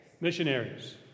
Missionaries